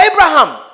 Abraham